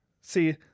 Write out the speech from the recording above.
See